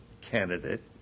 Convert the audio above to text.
candidate